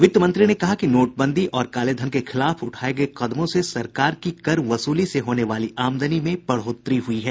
वित्त मंत्री ने कहा कि नोटबंदी और कालेधन के खिलाफ उठाये गये कदमों से सरकार की कर वसूली से होने वाली आमदनी में बढ़ोतरी हुयी है